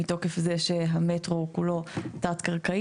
מתוקף זה שהמטרו כולו הוא תת-קרקעי.